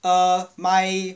err my